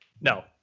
No